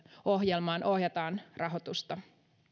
ohjelmaan ohjataan rahoitusta